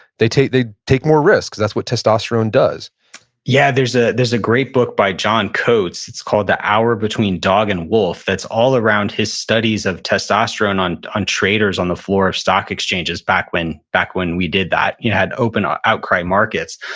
they take they take more risks. that's what testosterone does yeah. there's ah there's a great book by john coates, it's called the hour between dog and wolf, that's all around his studies of testosterone on on traders on the floor stock exchanges back when back when we did that, had open, or outcry markets.